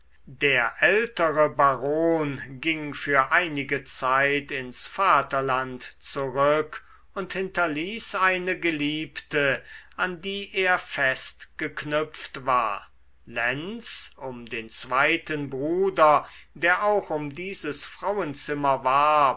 der ältere baron ging für einige zeit ins vaterland zurück und hinterließ eine geliebte an die er fest geknüpft war lenz um den zweiten bruder der auch um dieses frauenzimmer warb